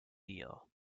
deal